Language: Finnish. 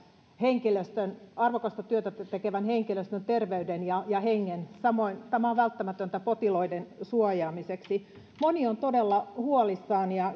arvokasta työtä tekevän henkilöstön terveyden ja ja hengen samoin tämä on välttämätöntä potilaiden suojaamiseksi moni on todella huolissaan ja